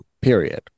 period